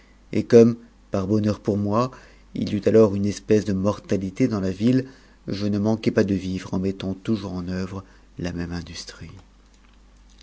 et comme par bonheur pour moi il y eut alors une espèce de mortalité dans la ville je ne manquai pas de v'v'es en mettant toujours en œuvre la même industrie